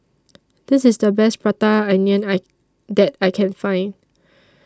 This IS The Best Prata Onion I that I Can Find